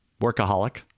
workaholic